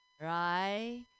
right